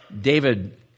David